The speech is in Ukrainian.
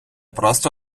просто